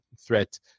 threat